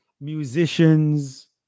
musicians